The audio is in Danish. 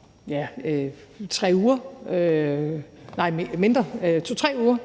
på Færøerne, om 2-3 uger,